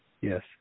Yes